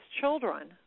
children